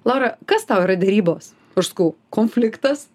laura kas tau yra derybos aš sakau konfliktas